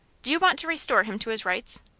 do you want to restore him to his rights?